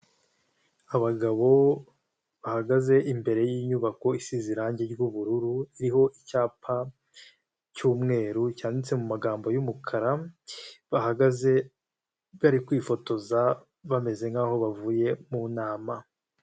Abagabo bahagaze imbere y'inyubako isize irangi ry'ubururu iriho icyapa cy'umweru cyanditse mu magambo y'umukara, bahagaze bari kwifotoza bameze nk'aho bavuye mu nama.